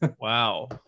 Wow